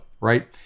right